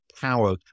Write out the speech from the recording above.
power